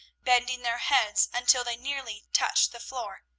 bending their heads until they nearly touched the floor,